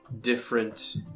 different